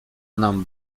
nam